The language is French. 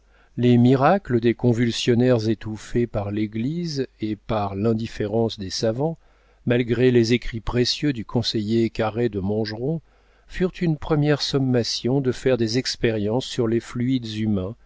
les miracles des convulsionnaires étouffés par l'église et par l'indifférence des savants malgré les écrits précieux du conseiller carré de montgeron furent une première sommation de faire des expériences sur les fluides humains